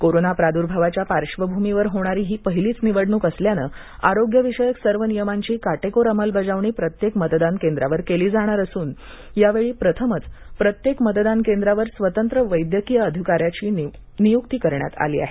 corona प्रादुर्भावाच्या पार्श्वभूमीवर होणारी ही पहिलीच निवडणूक असल्यानं आरोग्यविषयक सर्व नियमांची काटेकोर अंमलबजावणी प्रत्येक मतदान केंद्रावरही केली जाणार असून यावेळी प्रथमच प्रत्येक मतदान केंद्रावर स्वतंत्र वैद्यकीय अधिकाऱ्याची नियुक्ती करण्यात आली आहे